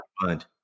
mind